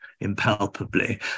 impalpably